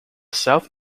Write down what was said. south